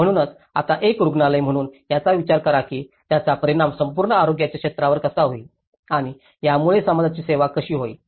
म्हणूनच आता एक रुग्णालय म्हणून याचा विचार कराल की याचा परिणाम संपूर्ण आरोग्याच्या क्षेत्रावर कसा होईल आणि यामुळे समाजाची सेवा कशी होईल